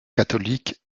catholique